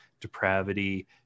depravity